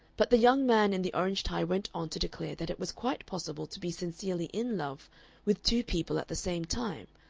but the young man in the orange tie went on to declare that it was quite possible to be sincerely in love with two people at the same time,